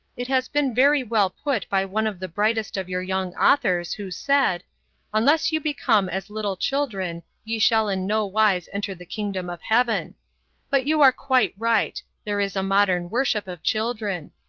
it has been very well put by one of the brightest of your young authors, who said unless you become as little children ye shall in no wise enter the kingdom of heaven but you are quite right there is a modern worship of children.